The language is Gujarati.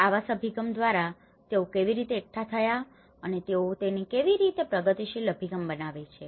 આવાસ અભિગમ દ્વારા તેઓ કેવી રીતે એકઠા થયા અને તેઓ તેને કેવી રીતે પ્રગતિશીલ અભિગમ બનાવે છે